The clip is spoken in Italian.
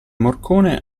morcone